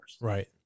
Right